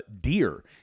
deer